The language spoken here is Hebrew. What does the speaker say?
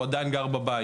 הוא עדיין גר בבית.